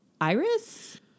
Iris